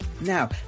Now